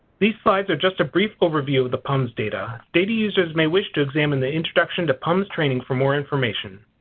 these slides are just a brief overview of the pums data. data users may wish to examine the introduction to pums training for more information.